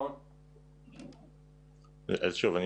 שוב,